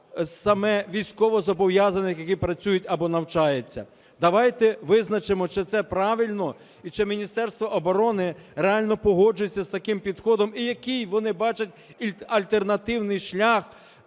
саме військовозобов'язаних, які працюють або навчаються. Давайте визначимо, чи це правильно і чи Міністерство оборони реально погоджується з таким підходом, і який вони бачать альтернативний шлях